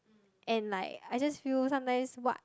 and like I just feel sometimes what